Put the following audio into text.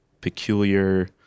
peculiar